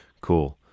Cool